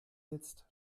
jetzt